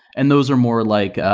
and those are more like